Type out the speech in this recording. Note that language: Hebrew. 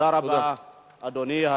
תודה רבה, אדוני.